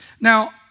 Now